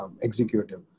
executive